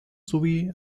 sowie